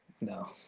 No